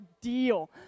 deal